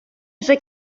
вже